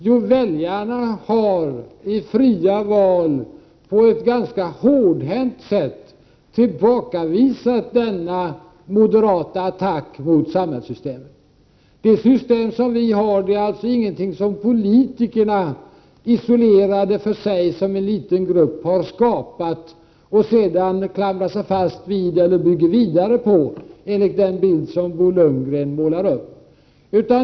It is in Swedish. Jo, väljarna har i fria val på ett ganska hårdhänt sätt tillbakavisat denna moderata attack mot samhällssystemet. Det nuvarande systemet är alltså ingenting som politikerna, isolerade för sig, som en liten grupp, har skapat och sedan klamrar sig fast vid eller bygger vidare på, enligt den bild som Bo Lundgren målar upp.